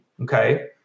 okay